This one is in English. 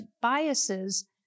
biases